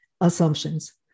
assumptions